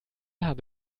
habe